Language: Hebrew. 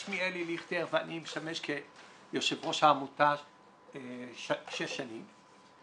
שמי אלי ליכטר ואני משמש כיושב ראש העמותה שש שנים.